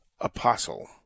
apostle